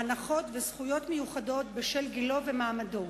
הנחות וזכויות מיוחדות בשל גילו ומעמדו,